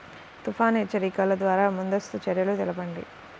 తుఫాను హెచ్చరికల ద్వార ముందస్తు చర్యలు తెలపండి?